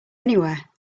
anywhere